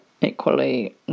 equally